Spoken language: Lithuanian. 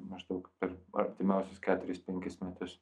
maždaug per artimiausius keturis penkis metus